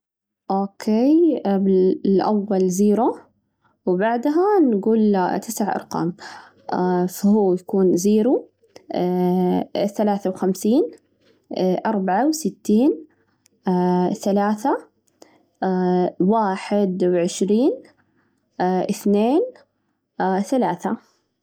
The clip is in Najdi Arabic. أوكي، قبل الأول زيرو، وبعدها نجول تسع أرقام، فهو يكون زيرو ثلاثة وخمسين أربعة وستين ثلاثة واحد و عشرين اثنين ثلاثة.